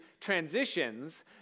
Transitions